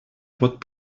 pot